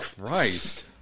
Christ